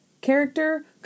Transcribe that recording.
character